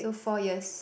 so four years